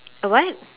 a what